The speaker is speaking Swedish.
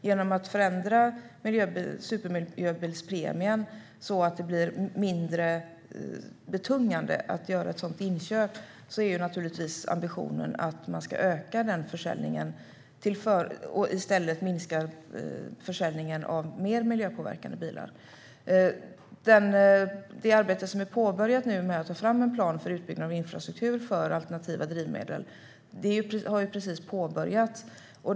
Genom att förändra supermiljöbilspremien så att det blir mindre betungande att köpa en elbil är ju ambitionen att man ska öka den försäljningen och i stället minska försäljningen av mer miljöpåverkande bilar. Arbetet med att ta fram en plan för utbyggnad av infrastruktur för alternativa drivmedel har precis påbörjats.